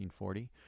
1940